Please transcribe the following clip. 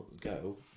go